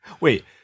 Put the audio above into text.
Wait